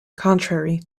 contrary